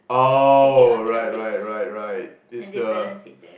oh right right right right is the